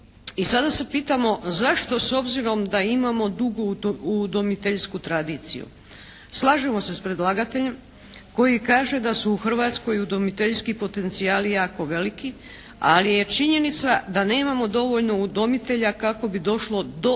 I sada se pitamo zašto s obzirom da imamo dugu udomiteljsku tradiciju? Slažemo se s predlagateljem koji kaže da su u Hrvatskoj udomiteljski potencijali jako veliki, ali je činjenica da nemamo dovoljno udomitelja kako bi došlo do